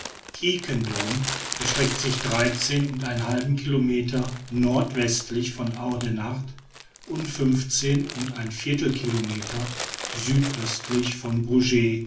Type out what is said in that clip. quiquendone erstreckt sich dreizehn und ein halb kilometer nordwestlich von audenarde und fünfzehn und ein viertel kilometer südöstlich von bruges